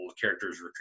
characters